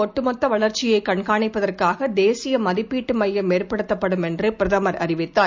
ஒட்டுமொத்தவளர்ச்சியைகண்காணிப்பதற்காகதேசியமதிப்பீட்டுமையம் கல்வித்துறையில் ஏற்படுத்தப்படும் என்றுபிரதமர் அறிவித்தார்